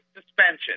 suspension